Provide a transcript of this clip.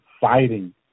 fighting